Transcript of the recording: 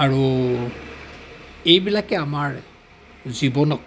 আৰু এইবিলাকে আমাৰ জীৱনক